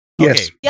Yes